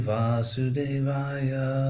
Vasudevaya